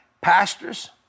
Pastors